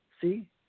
See